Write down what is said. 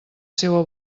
seua